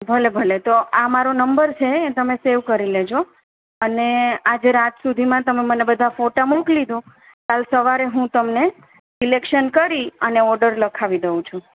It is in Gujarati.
ભલે ભલે તો આ મારો નંબર છે એ તમે સેવ કરી લેજો અને આજે રાત સુધીમાં તમે મને બધા ફોટા મોકલી દો કાલ સવારે હું તમને સિલેકશન કરી અને ઓડર લખાવી દઉ છું